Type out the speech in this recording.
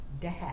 dad